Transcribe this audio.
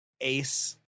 Ace